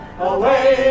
away